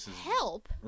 help